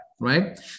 right